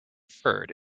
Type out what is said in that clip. deferred